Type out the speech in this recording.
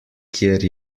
kjer